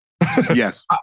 Yes